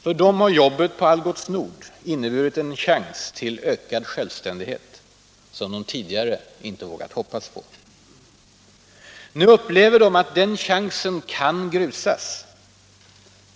För dem har jobbet på Algots Nord inneburit en chans till ökad självständighet som de tidigare kanske inte vågat hoppas på. Nu upplever de att den chansen kan grusas.